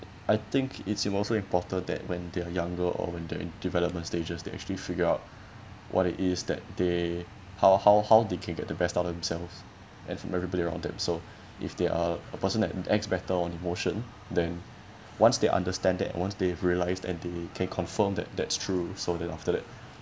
I think it's also important that when they're younger or when they're in development stages they actually figure out what it is that they how how how they can get the best of themselves and from everybody around them so if they are a person that acts better on emotion then once they understand that once they've realized and they can confirm that that's true so then after that